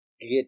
get